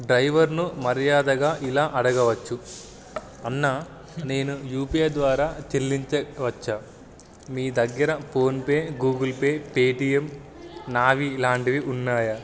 డ్రైవర్ను మర్యాదగా ఇలా అడగవచ్చు అన్న నేను యూ పీ ఐ ద్వారా చెల్లించవచ్చా మీ దగ్గర ఫోన్పే గూగుల్ పే పేటిఎం నావి ఇలాంటివి ఉన్నాయా